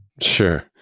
Sure